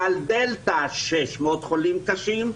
גל דלתא 600 חולים קשים,